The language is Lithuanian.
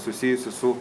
susijusi su